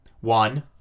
One